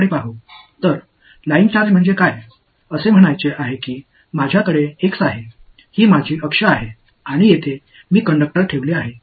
எனவே ஒரு லைன் சார்ஜ்என்பதன் அர்த்தம் என்னவென்றால் என்னிடம் x உள்ளது இது என் அச்சு மற்றும் இங்கே நான் ஒரு கடத்தியை வைத்திருக்கிறேன்